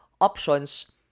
options